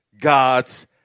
God's